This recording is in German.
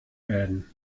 werden